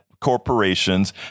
corporations